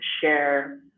share